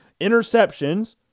interceptions